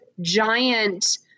giant